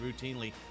routinely